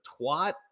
twat